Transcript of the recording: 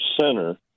center